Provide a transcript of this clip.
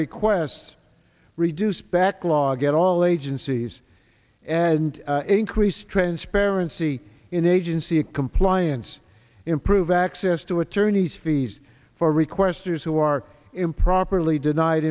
requests reduce back law get all agencies and increase transparency in agency compliance improve access to attorneys fees for requesters who are improperly denied